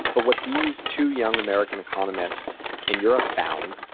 but what these two young american economists in europe found,